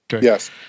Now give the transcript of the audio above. Yes